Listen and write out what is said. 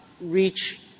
reach